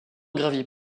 gravit